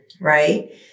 right